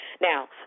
Now